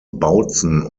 bautzen